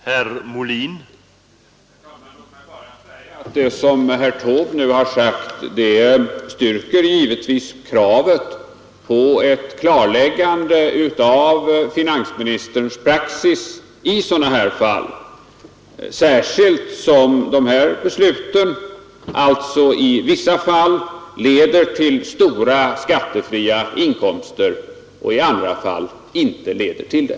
Herr talman! Låt mig bara säga att vad herr Taube nu anfört styrker kraven på ett klarläggande av finansministerns praxis i sådana här fall, särskilt som dessa beslut i vissa fall leder till stora skattefria inkomster och i andra fall inte gör det.